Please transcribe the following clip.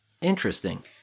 Interesting